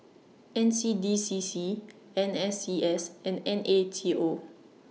N C D C C N S C S and N A T O